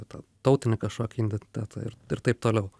tarptautinį kažkokį identitetą ir ir taip toliau